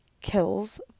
kills